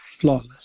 flawless